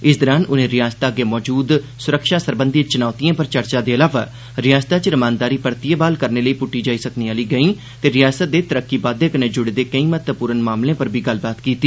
इस दौरान उनें रिआसता अग्गे मौजूद सुरक्षा सरबंधी चुनौतियें पर चर्चा दे अलावा रिआसता च रमानदारी परतियै ब्हाल करने लेई पुट्टी जाई सकने आह्ली गैंहीं ते रिआसत दे तरक्की बाद्दे कन्नै जुड़े दे केई महत्वपूर्ण मामलें पर बी गल्लबात कीती